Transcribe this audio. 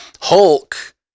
Hulk